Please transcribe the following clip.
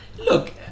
Look